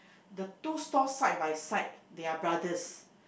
the two stalls side by side they are brothers